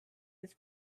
his